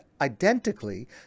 identically